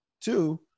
two